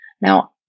Now